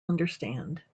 understand